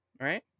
Right